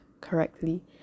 correctly